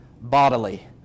bodily